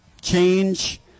change